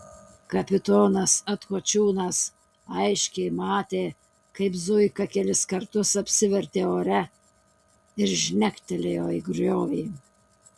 kapitonas atkočiūnas aiškiai matė kaip zuika kelis kartus apsivertė ore ir žnektelėjo į griovį